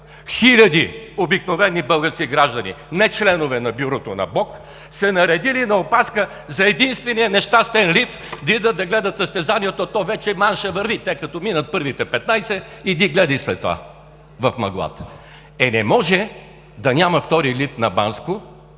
хиляди обикновени български граждани, нечленове на Бюрото на БОК, се наредили на опашка за единствения нещастен лифт да отидат да гледат състезанието. А то вече маншът върви – те като минат първите 15, иди гледай след това в мъглата!? Е, не може да няма втори лифт на Банско…